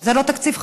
זה לא תקציב חדש,